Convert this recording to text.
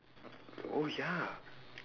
oh ya